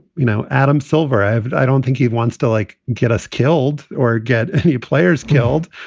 you know, adam silver, i but i don't think he wants to, like, get us killed or get any players killed.